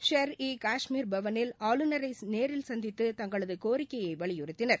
ஷெரி இ காஷ்மீர் பவனில் ஆளுநரை நேரில் சந்தித்து தங்களது கோரிக்கையை வலியறுத்தினர்